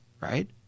right